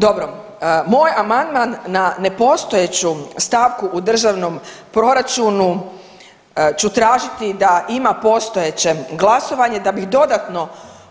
Dobro, moj amandman na nepostojeću stavku u državnom proračunu ću tražiti da ima postojeće glasovanje da bih dodatno